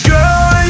Girl